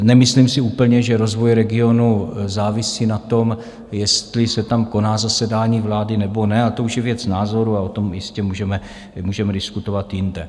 Nemyslím si úplně, že rozvoj regionu závisí na tom, jestli se tam koná zasedání vlády, nebo ne, a to už je věc názoru a o tom jistě můžeme diskutovat jinde.